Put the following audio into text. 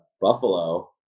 Buffalo